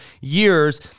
years